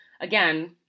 again